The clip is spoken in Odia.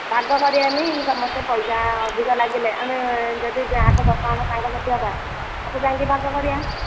ଭାଗ କରିବାନି ସମସ୍ତେ ପଇସା ଅଧିକ ଲାଗିଲେ ଆମେ ଯଦି ଯାହା ତ ଦେବା ଆମ ସାଙ୍ଗ ସାଥି ହେବା ସବୁ ଯାଇକି ଭାଗ କରିବା